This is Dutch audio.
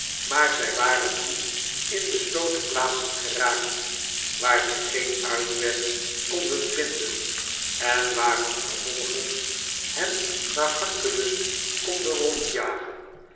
maar zij waren nu in besloten plaatsen geraakt waar zij geen uitweg konden vinden en waar hun vervolger hen naar hartelust kon